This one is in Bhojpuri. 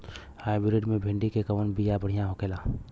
हाइब्रिड मे भिंडी क कवन बिया बढ़ियां होला?